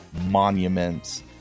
monuments